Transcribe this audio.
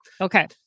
Okay